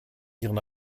ihren